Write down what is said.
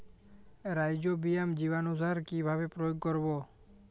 Rhizobium জীবানুসার কিভাবে প্রয়োগ করব?